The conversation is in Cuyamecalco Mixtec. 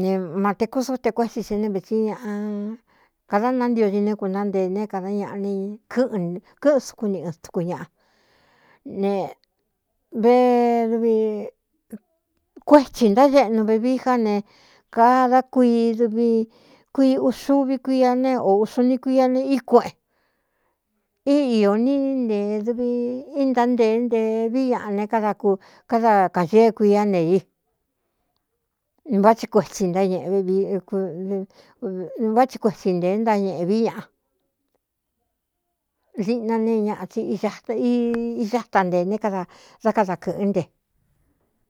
ne mate kúsute kuétsi si ne vetsi ñaꞌa kada naántio i né kuna ntee ne kada ñaꞌa n kɨ́ꞌɨn kɨ́ꞌɨn sukún ni ꞌɨ tuku ñaꞌa ne vedvi kuétsī ntádeꞌnu vevií já ne kada kuii duvi kuii uxuvi kuia ne ō ūꞌxu ni kuia ne íkueꞌen í īō ní ntee duvi íntánteé nte vií ñaꞌa ne káda ku káda kāñee kuiá ne i vá kts ꞌvá tsi kuetsī ntēé ntañeꞌvi ñaꞌa siꞌna ne ñaꞌa tsi ixá ta nteē né kada dá kada kɨ̄ꞌɨ́n nte.